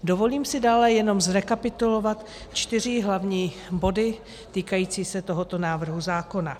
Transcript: Dovolím si dále jenom zrekapitulovat čtyři hlavní body týkající se tohoto návrhu zákona.